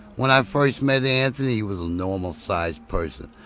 when i first met anthony he was a normal size person,